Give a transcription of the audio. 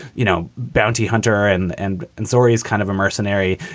you know, bounty hunter and and and sorrys, kind of a mercenary.